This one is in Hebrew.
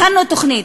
הכנו תוכנית.